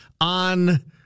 on